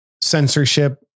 censorship